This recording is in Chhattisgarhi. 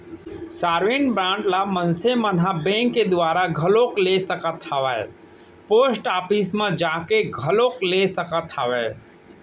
साँवरेन बांड ल मनसे मन ह बेंक के दुवारा घलोक ले सकत हावय पोस्ट ऑफिस म जाके घलोक ले सकत हावय